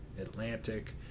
Atlantic